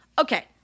Okay